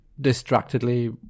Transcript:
distractedly